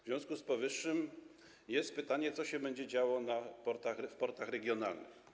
W związku z powyższym jest pytanie, co się będzie działo w portach regionalnych.